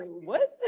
what?